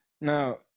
Now